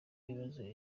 ibibazo